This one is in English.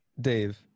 Dave